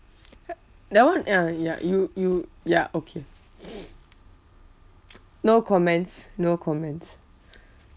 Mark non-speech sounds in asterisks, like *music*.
*noise* that [one] ah ya you you ya okay *noise* no comments no comments